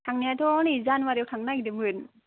थांनायाथ' नै जानुवारियाव थांनो नागिरदोंमोन